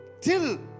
Till